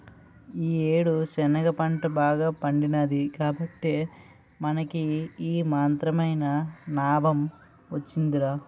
ఈ యేడు శనగ పంట బాగా పండినాది కాబట్టే మనకి ఈ మాత్రమైన నాబం వొచ్చిందిరా